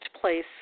place